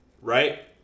right